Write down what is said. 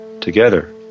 together